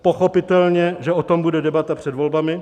Pochopitelně, že o tom bude debata před volbami.